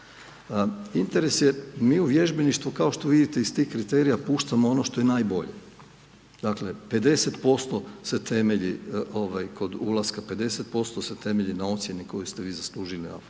Interes je, mi u vježbeništvu kao što vidite iz tih kriterija puštamo ono što je najbolje. Dakle 50% se temelji kod ulaska, 50% se temelji na ocjeni koju ste vi zaslužili na